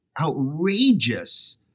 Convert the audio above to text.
outrageous